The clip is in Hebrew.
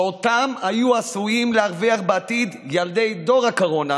שאותו היו עשויים להרוויח בעתיד ילדי דור הקורונה